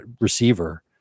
receiver